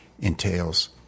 entails